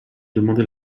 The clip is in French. demandé